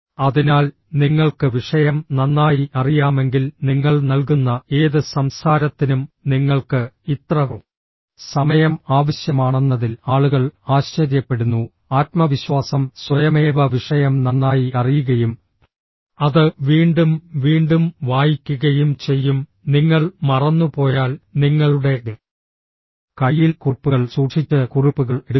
അതിനാൽ നിങ്ങൾക്ക് വിഷയം നന്നായി അറിയാമെങ്കിൽ നിങ്ങൾ നൽകുന്ന ഏത് സംസാരത്തിനും നിങ്ങൾക്ക് ഇത്ര സമയം ആവശ്യമാണെന്നതിൽ ആളുകൾ ആശ്ചര്യപ്പെടുന്നു ആത്മവിശ്വാസം സ്വയമേവ വിഷയം നന്നായി അറിയുകയും അത് വീണ്ടും വീണ്ടും വായിക്കുകയും ചെയ്യും നിങ്ങൾ മറന്നുപോയാൽ നിങ്ങളുടെ കൈയിൽ കുറിപ്പുകൾ സൂക്ഷിച്ച് കുറിപ്പുകൾ എടുക്കുന്നു